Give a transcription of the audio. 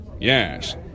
Yes